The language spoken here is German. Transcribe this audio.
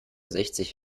sechzig